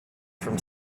from